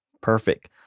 Perfect